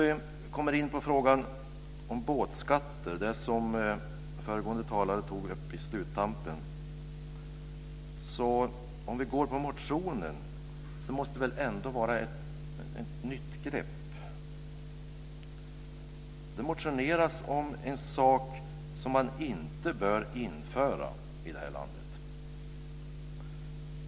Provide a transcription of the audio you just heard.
Då kommer jag in på frågan om båtskatter som föregående talare tog upp i slutet av sitt anförande. Motionen måste väl ändå vara ett nytt grepp. Det motioneras om en sak som man inte bör införa i det här landet.